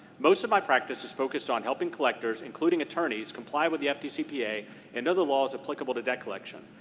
most of my practice is focused on helping collectors, including attorneys, comply with the fdcpa and other laws applicable to debt collection.